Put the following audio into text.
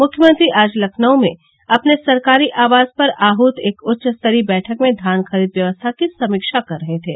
मुख्यमंत्री आज लखनऊ में अपने सरकारी आवास पर आहत एक उच्चस्तरीय बैठक में धान खरीद व्यवस्था की समीक्षा कर रहे थे